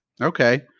Okay